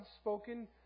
spoken